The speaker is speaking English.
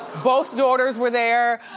both daughters were there,